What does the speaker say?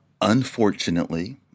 unfortunately